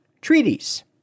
treaties